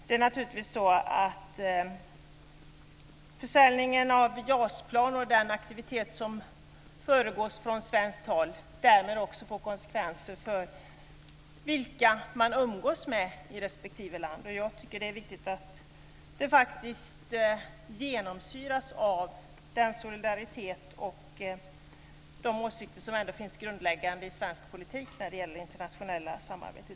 Det är naturligtvis så att den aktivitet med försäljning av JAS plan som försiggår från svenskt håll också får konsekvenser för vilka man umgås med i respektive land. Jag tycker att det är viktigt att detta genomsyras av den solidaritet och de grundläggande åsikter som finns i svensk politik när det gäller internationellt samarbete.